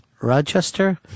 Rochester